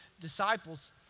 disciples